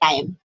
time